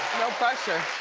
no pressure.